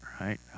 right